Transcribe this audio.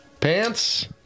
Pants